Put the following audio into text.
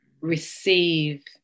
receive